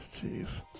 Jeez